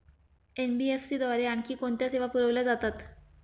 NBFC द्वारे आणखी कोणत्या सेवा पुरविल्या जातात?